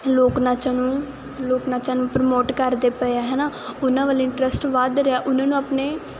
ਲੋਕ ਨਾਚਾਂ ਲੋਕ ਨਾਚਾਂ ਨੂੰ ਪ੍ਰਮੋਟ ਕਰਦੇ ਪਏ ਆ ਹਨਾ ਉਹਨਾਂ ਵੱਲ ਇੰਟਰਸਟ ਵੱਧ ਰਿਹਾ ਉਹਨਾਂ ਨੂੰ ਆਪਣੇ